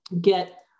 get